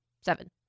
seven